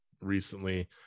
recently